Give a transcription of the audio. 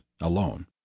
alone